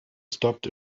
stopped